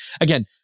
Again